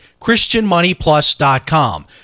christianmoneyplus.com